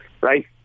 right